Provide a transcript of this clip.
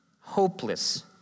Hopeless